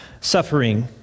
suffering